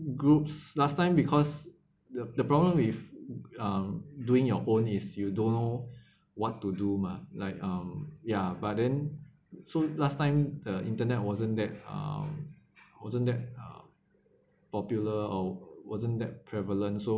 groups last time because the the problem with um doing your own is you don't know what to do mah like um ya but then so last time the internet wasn't that uh wasn't that uh popular or wasn't that prevalent so